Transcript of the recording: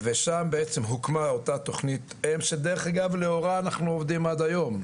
ושם בעצם הוקמה אותה תוכנית אם שדרך אגב לאורה אנחנו עובדים עד היום.